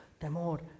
temor